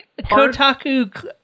kotaku